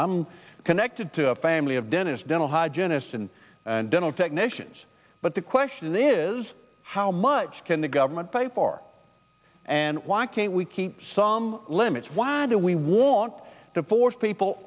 illness connected to a family of dentist dental hygienists and dental technicians but the question is how much can the government pay for and why can't we keep some limits why do we want to force people